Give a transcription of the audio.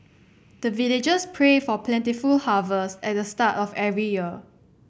the villagers pray for plentiful harvest at the start of every year